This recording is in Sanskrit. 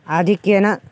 आधिक्येन